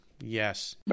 Yes